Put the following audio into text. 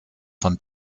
von